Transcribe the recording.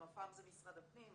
המפעם זה משרד הפנים,